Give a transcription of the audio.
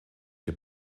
dem